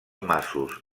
masos